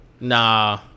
Nah